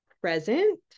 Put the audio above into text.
present